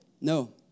No